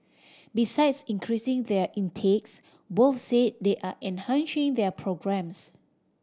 besides increasing their intakes both say they are enhancing their programmes